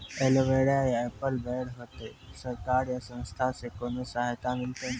Aloe vera या apple बैर होते? सरकार या संस्था से कोनो सहायता मिलते?